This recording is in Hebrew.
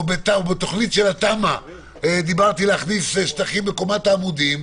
או בתוכנית של התמ"א דיברתי על להכניס שטחים בקומת העמודים,